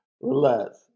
Relax